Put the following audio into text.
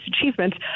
achievements